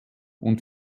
und